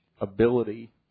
ability